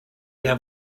der